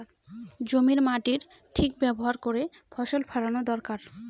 জমির মাটির ঠিক ব্যবহার করে ফসল ফলানো দরকার